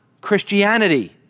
Christianity